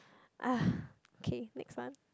ah okay next one